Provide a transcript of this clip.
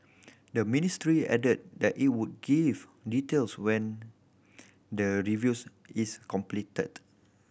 the ministry added that it would give details when the reviews is completed